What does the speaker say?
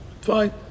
Fine